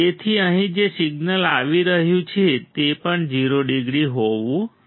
તેથી અહીં જે સિગ્નલ આવી રહ્યું છે તે પણ 0 ડિગ્રી હોવું જોઈએ